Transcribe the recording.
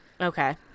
Okay